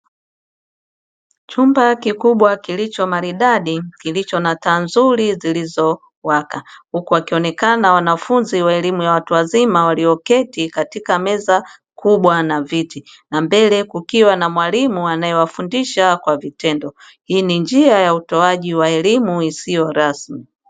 Chumba kikubwa kilicho maridadi kilicho na taa nzuri zilizo waka, huku wakionekana wanafunzi wa elimu ya watu wazima walioketi katika meza kubwa na viti, na mbele kukiwa na mwalimu anayewafundisha kwa vitendo. Hii ni njia ya utoaji wa elimu isiyo rasmi.